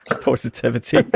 positivity